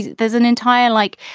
there's an entire like